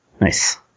Nice